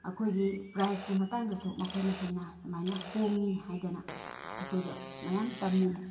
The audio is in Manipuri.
ꯑꯩꯈꯣꯏꯒꯤ ꯄ꯭ꯔꯥꯏꯖꯀꯤ ꯃꯇꯥꯡꯗꯁꯨ ꯃꯈꯣꯏꯅ ꯍꯦꯟꯅ ꯁꯨꯃꯥꯏꯅ ꯍꯣꯡꯏ ꯍꯥꯏꯗꯅ ꯑꯩꯈꯣꯏꯗ ꯃꯌꯥꯝ ꯇꯝꯃꯤ